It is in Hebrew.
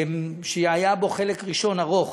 שהיה בו חלק ראשון ארוך,